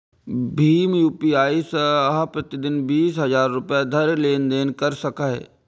भीम UPI सं अहां प्रति दिन बीस हजार रुपैया धरि लेनदेन कैर सकै छी